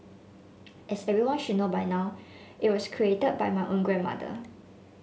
as everyone should know by now it was created by my own grandmother